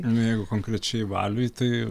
nu jeigu konkrečiai valiui tai